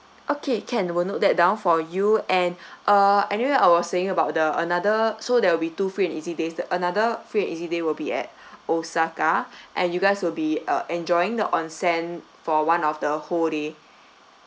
okay can will note that down for you and uh anyway I was saying about the another so there will be two free and easy days another free and easy day will be at osaka and you guys will be uh enjoying the onsen for one of the whole day so